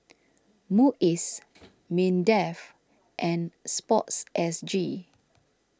Muis Mindef and Sportsg